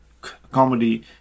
comedy